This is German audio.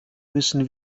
müssen